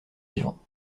vivants